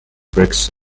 bricks